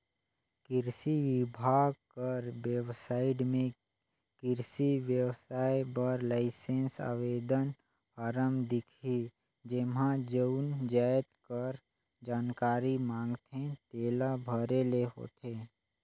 किरसी बिभाग कर बेबसाइट में किरसी बेवसाय बर लाइसेंस आवेदन फारम दिखही जेम्हां जउन जाएत कर जानकारी मांगथे तेला भरे ले होथे